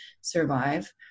survive